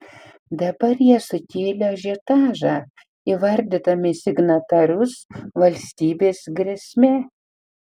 dabar jie sukėlė ažiotažą įvardydami signatarus valstybės grėsme